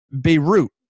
Beirut